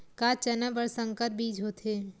का चना बर संकर बीज होथे?